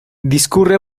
discurre